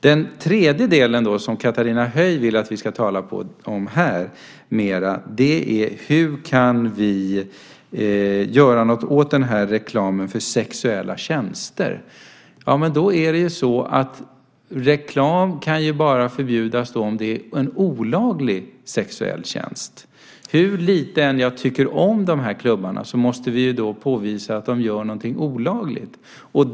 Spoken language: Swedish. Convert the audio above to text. Den tredje möjligheten, som Helena Höij vill att vi nu ska tala mer om, gäller hur vi kan göra något åt reklamen för sexuella tjänster. Det är ju så att reklam bara kan förbjudas om det är fråga om en olaglig sexuell tjänst. Hur lite vi än tycker om dessa klubbar måste vi kunna påvisa att de gör något olagligt.